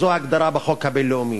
זו ההגדרה בחוק הבין-לאומי,